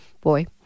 boy